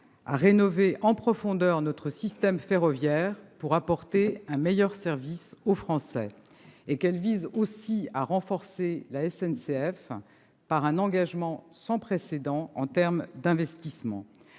à rénover en profondeur notre système ferroviaire pour apporter un meilleur service aux Français et à renforcer la SNCF, par un engagement sans précédent en termes d'investissements.